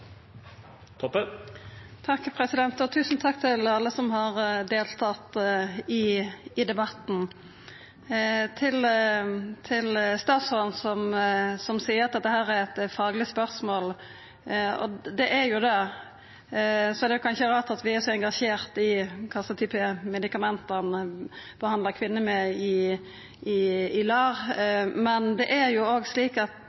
så viktig spørsmål. Tusen takk til alle som har deltatt i debatten. Til statsråden, som seier at dette er eit fagleg spørsmål: Det er jo det, så det er kanskje ikkje så rart at vi er engasjerte i kva slags typar medikament ein behandlar kvinner med i LAR. Men vi er òg engasjerte i barns rettar, og det er det som gjer at